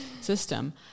system